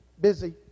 busy